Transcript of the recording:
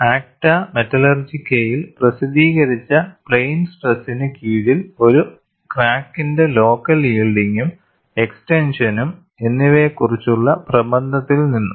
Acta മെറ്റലർജിക്കയിൽ പ്രസിദ്ധീകരിച്ച plain സ്ട്രെസിന് കീഴിൽ ഒരു ക്രാക്കിന്റെ ലോക്കൽ യിൽഡിങും എക്സ്ടെൻഷനും എന്നിവയെക്കുറിച്ചുള്ള പ്രബന്ധത്തിൽ നിന്നും